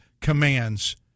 commands